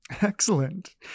Excellent